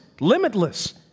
limitless